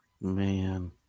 Man